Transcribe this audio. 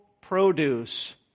produce